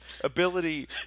ability